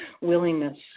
Willingness